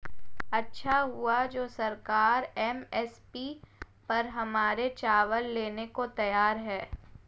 अच्छा हुआ जो सरकार एम.एस.पी पर हमारे चावल लेने को तैयार है